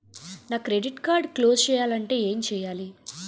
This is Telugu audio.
నా క్రెడిట్ కార్డ్ క్లోజ్ చేయాలంటే ఏంటి చేయాలి?